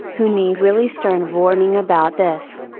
who need really stern warning about this.